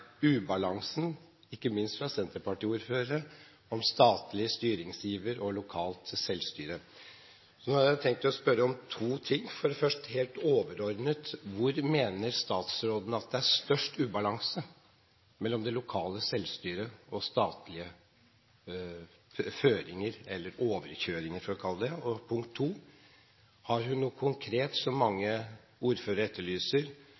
ubalansen mellom statlig styringsiver og lokalt selvstyre. Så nå har jeg tenkt å spørre om to ting, for det første og helt overordnet: Hvor mener statsråden at det er størst ubalanse mellom det lokale selvstyret og statlige føringer – eller overkjøringer, for å kalle det det? Og punkt to: Har hun noe konkret forslag, som mange ordførere etterlyser,